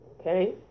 Okay